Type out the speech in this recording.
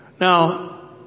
Now